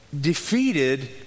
defeated